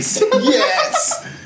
Yes